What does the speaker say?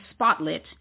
spotlit